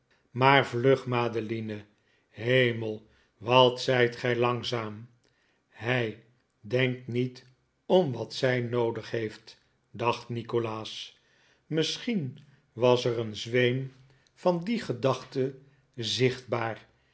maar vlug madeline hemel wat zijt gij langzaam hij denkt niet om wat z ij noodig heeft dacht nikolaas misschien was er een zweem van die gedachte zichtbaar